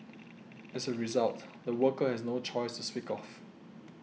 as a result the worker has no choice to speak of